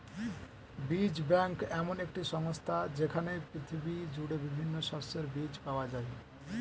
বীজ ব্যাংক এমন একটি সংস্থা যেইখানে পৃথিবী জুড়ে বিভিন্ন শস্যের বীজ পাওয়া যায়